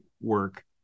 work